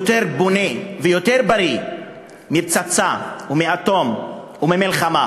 יותר בונה ויותר בריא מפצצה או מאטום או ממלחמה.